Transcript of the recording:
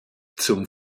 zum